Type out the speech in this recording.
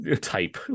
type